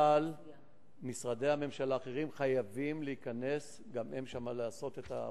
אבל משרדי הממשלה האחרים חייבים להיכנס גם הם לשם לעשות את העבודה.